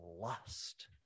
lust